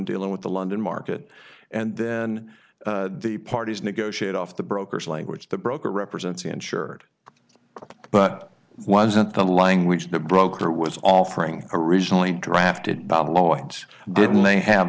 dealing with the london market and then the parties negotiate off the brokers language the broker represents the insured but it wasn't the language the broker was offering originally drafted by law and didn't they have